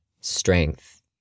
strength